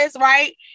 Right